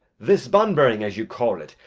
this bunburying, as you call it,